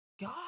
God